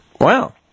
Wow